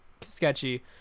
sketchy